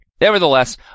Nevertheless